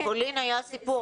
בפולין היה סיפור,